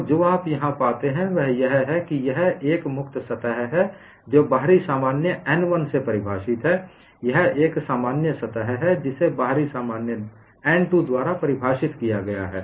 तो जो आप यहां पाते हैं वह यह है यह एक मुक्त सतह है जो बाहरी सामान्य n1 से परिभाषित है यह एक सामान्य सतह है जिसे बाहरी सामान्य n 2 द्वारा परिभाषित किया गया है